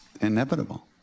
inevitable